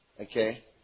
okay